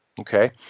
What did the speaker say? okay